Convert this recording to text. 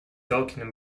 talking